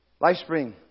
LifeSpring